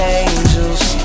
angels